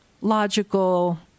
logical